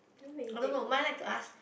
oh no no mine like to ask